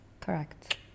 Correct